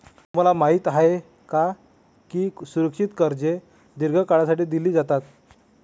तुम्हाला माहित आहे का की सुरक्षित कर्जे दीर्घ काळासाठी दिली जातात?